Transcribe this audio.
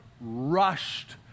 rushed